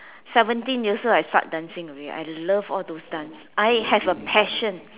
seventeen years old I start dancing already I love all those dance I have a passion